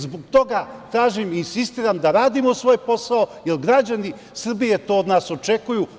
Zbog toga tražim i insistiram da radimo svoj posao, jer građani Srbije to od nas očekuju.